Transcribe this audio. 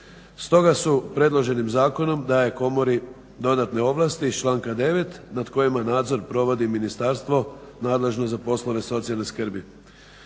Stoga se predloženim zakonom daje komori dodatne ovlasti iz članka 9. nad kojima nadzor provodi ministarstvo nadležno za poslove socijalne skrbi.